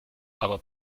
aber